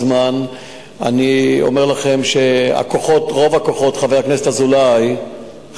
אני אומר לכם שרוב הכוחות, חבר הכנסת אזולאי,